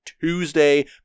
Tuesday